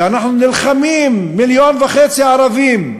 ואנחנו נלחמים, מיליון וחצי ערבים,